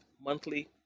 monthly